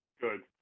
Good